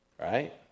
right